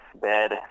bed